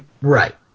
Right